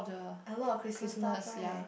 a lot of Christmas stuff right